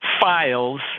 files